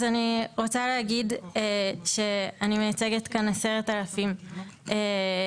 אז אני רוצה להגיד שאני מייצגת כאן 10,000 אנשים